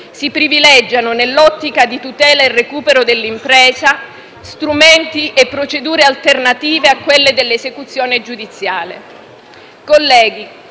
Si privilegiano, nell'ottica della tutela e del recupero dell'impresa, strumenti e procedure alternative a quelli dell'esecuzione giudiziale.